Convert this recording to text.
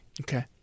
Okay